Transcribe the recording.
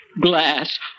glass